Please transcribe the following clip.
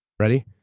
ready.